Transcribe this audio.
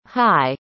hi